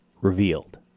revealed